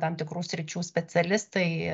tam tikrų sričių specialistai